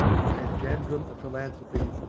a panjandrum of philan thropy,